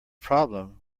problem